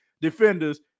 defenders